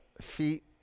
feet